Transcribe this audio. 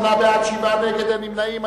בעד, 48, נגד, 7, אין נמנעים.